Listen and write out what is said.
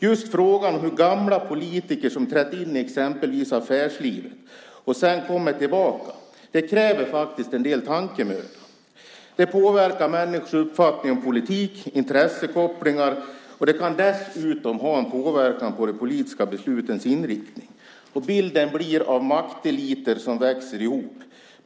Just frågan om före detta politiker som har trätt in i exempelvis affärslivet och sedan kommer tillbaka kräver faktiskt en del tankemöda. Det påverkar människors uppfattning om politik och intressekopplingar, och det kan dessutom påverka de politiska beslutens inriktning. Vi får en bild av makteliter som växer ihop.